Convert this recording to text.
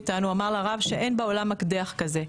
שאין בעולם מקדח כזה.